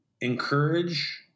encourage